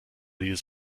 dieses